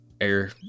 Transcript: air